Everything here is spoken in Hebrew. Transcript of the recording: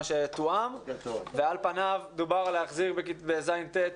שתואם ועל פניו מדובר על החזרת כיתות ז'-ט'